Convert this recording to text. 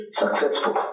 successful